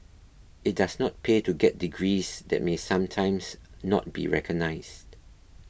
it does not pay to get degrees that may sometimes not be recognised